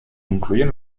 incluyen